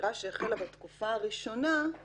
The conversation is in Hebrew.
החקירה שהחלה בתקופה הראשונה ומגיעים עד